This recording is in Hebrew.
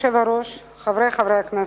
אדוני היושב-ראש, חברי חברי הכנסת,